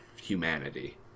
humanity